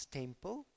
temple